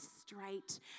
straight